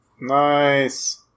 Nice